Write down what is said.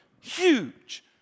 huge